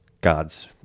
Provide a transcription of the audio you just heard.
God's